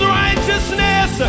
righteousness